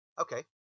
Okay